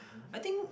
I think